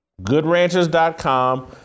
GoodRanchers.com